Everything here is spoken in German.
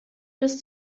bis